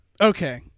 Okay